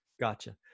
Gotcha